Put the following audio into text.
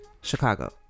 chicago